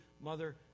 mother